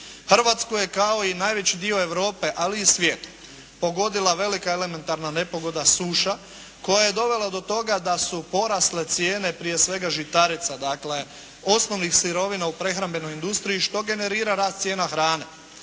Hrvatsku je kao i najveći dio Europe ali i svijet pogodila velika elementarna nepogoda suša koja je dovela do toga da su porasle cijene prije svega žitarica, dakle osnovnih sirovina u prehrambenoj industriji što generira rast cijena hrane.